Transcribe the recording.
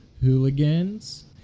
Hooligans